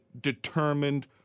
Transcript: determined